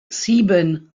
sieben